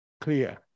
clear